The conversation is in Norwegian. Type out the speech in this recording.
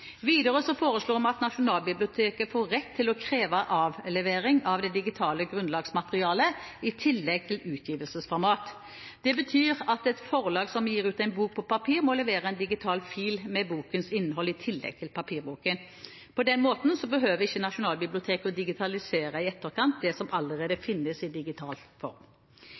Videre foreslår vi at Nasjonalbiblioteket får rett til å kreve avlevering av det digitale grunnlagsmaterialet i tillegg til utgivelsesformatet. Det betyr at et forlag som gir ut en bok på papir, må levere en digital fil med bokens innhold i tillegg til papirboken. På den måten behøver ikke Nasjonalbiblioteket å digitalisere i etterkant det som allerede finnes i digital form.